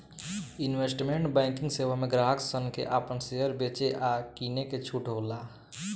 investment banking सेवा में ग्राहक सन के आपन शेयर बेचे आ किने के छूट होला